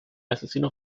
asesino